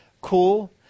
cool